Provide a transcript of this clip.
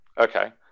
okay